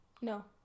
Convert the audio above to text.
No